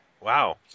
Wow